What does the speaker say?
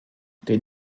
den